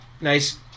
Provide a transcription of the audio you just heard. nice